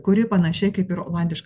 kuri panašiai kaip ir olandiška